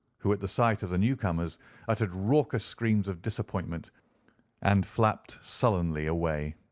who, at the sight of the new comers uttered raucous screams of disappointment and flapped sullenly away.